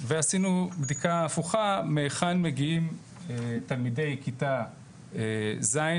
ועשינו בדיקה הפוכה מהיכן מגיעים תלמידי כיתה ז'